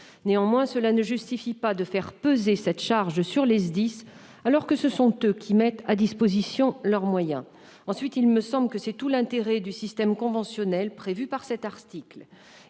Néanmoins, cela ne justifie pas de faire peser cette charge sur les SDIS, alors que ce sont eux qui mettent à disposition leurs moyens. Ensuite, il me semble que c'est tout l'intérêt du système conventionnel prévu par cet article.